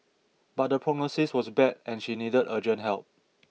but the prognosis was bad and she needed urgent help